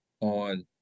on